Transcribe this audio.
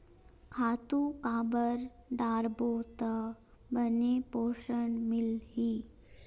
खातु काबर डारबो त बने पोषण मिलही?